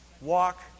walk